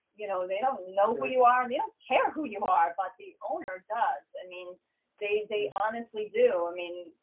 you know, they don't know who you are, and they don't care who you are, but the owner does. i mean they they honestly do. i mean,